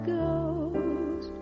goes